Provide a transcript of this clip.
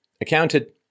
accounted